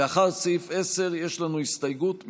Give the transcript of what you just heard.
לאחר סעיף 10 יש לנו הסתייגות,